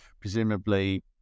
presumably